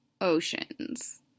oceans